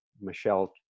Michelle